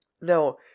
No